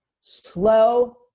slow